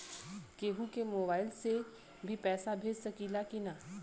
केहू के मोवाईल से भी पैसा भेज सकीला की ना?